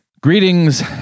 greetings